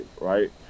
right